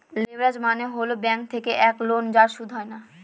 leverage মানে হল bank থেকে এক লোন যার সুদ হয় না